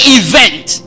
event